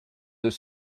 deux